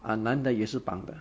ah 男的也是绑的